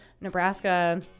Nebraska